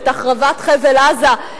את החרבת חבל-עזה,